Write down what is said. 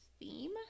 theme